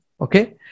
Okay